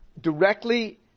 directly